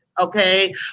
okay